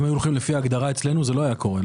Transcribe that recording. אם היו הולכים לפי ההגדרה אצלנו זה לא היה קורה.